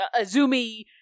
Azumi